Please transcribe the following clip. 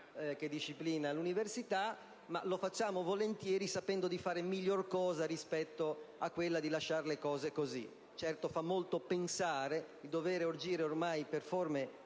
che disciplina l'università. Lo facciamo volentieri sapendo di far cosa migliore rispetto a quella di lasciare le cose così come sono. Fa molto pensare il dover agire per forme